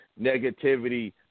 negativity